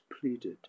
pleaded